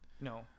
No